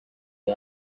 you